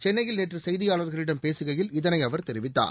சென்னையில் நேற்று செய்தியாளர்களிடம் பேசுகையில் இதனை அவர் தெரிவித்தார்